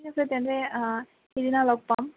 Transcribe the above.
ঠিক আছে তেন্তে সিদিনা লগ পাম